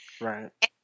right